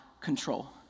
control